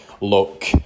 look